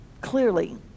clearly